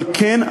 אבל כן,